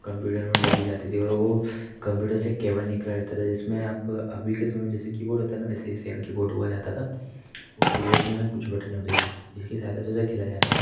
computer में लग ही जाती थी और वो कम्प्यूटर से एक केबल निकला रहता था जिसमें आप अभी के समय जैसे कीबोड होता ना वैसे ही सेम कीबोड हुआ जाता था वो कीबोड में कुछ बटनें होती थी जिसके सहायता से उसे खेला जाता था